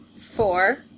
four